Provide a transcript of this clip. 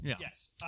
Yes